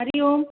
Hari Om